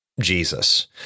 Jesus